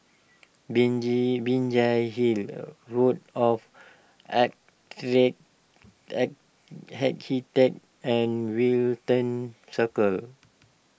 binji Binjai Hill Board of Architects and Wellington Circle